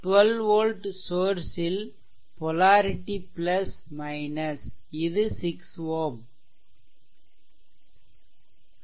12 volt source ல் polarity இது 6 Ω